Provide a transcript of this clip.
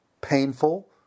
painful